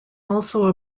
also